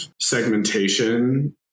segmentation